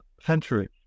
century